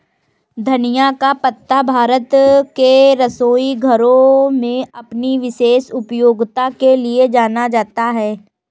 धनिया का पत्ता भारत के रसोई घरों में अपनी विशेष उपयोगिता के लिए जाना जाता है